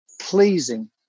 pleasing